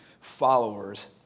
followers